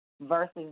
versus